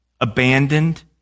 Abandoned